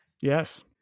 Yes